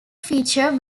feature